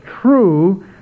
true